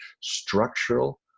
structural